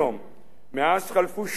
מאז חלפו שמונה ימים,